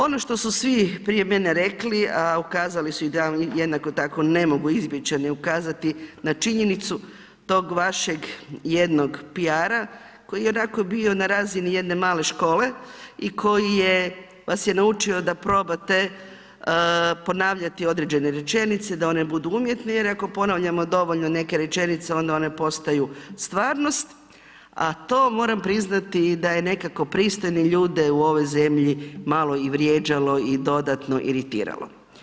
Ono što su svi prije mene rekli, a ukazali su da jednako tako ne mogu izbjeći a ne ukazati na činjenicu tog vašeg jednog PR-a koji je onako bi ona razini jedne male škole i koji vas je naučio da probate ponavljati određene rečenice, da one budu umjetne, jer ako ponavljamo dovoljno neke rečenice onda one postaju stvarnost, a to moramo priznati i da je nekako pristojne ljude u ovoj zemlji malo i vrijeđalo i dodatno iritiralo.